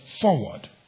forward